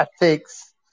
ethics